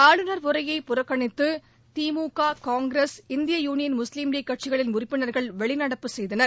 ஆளுநர் உரையை புறக்கணித்து திமுக காங்கிரஸ் இந்திய யுனியன் முஸ்லீம் லீக் கட்சிகளின் உறுப்பினர்கள் வெளிநடப்பு செய்தனர்